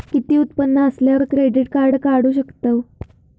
किती उत्पन्न असल्यावर क्रेडीट काढू शकतव?